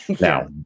Now